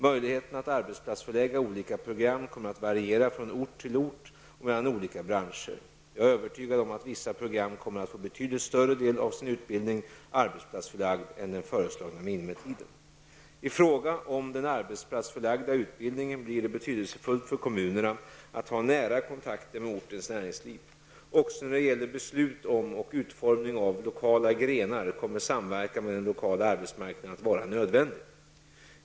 Möjligheten att arbetsplatsförlägga olika program kommer att variera från ort till ort och mellan olika branscher. Jag är övertygad om att vissa program kommer att få betydligt större del av sin utbildning arbetsplatsförlagd än den föreslagna minimitiden. I fråga om den arbetsplatsförlagda utbildningen blir det betydelsefullt för kommunerna att ha nära kontakter med ortens näringsliv. Också när det gäller beslut om och utformning av lokala grenar kommer samverkan med den lokala arbetsmarknaden att vara nödvändig.